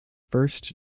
first